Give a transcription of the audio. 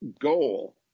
goal